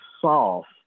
soft